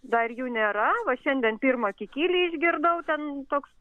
dar jų nėra o šiandien pirmą kikilį išgirdau ten toks